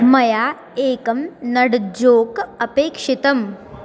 मया एकं नड् जोक् अपेक्षितम्